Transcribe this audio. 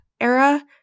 era